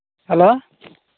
hello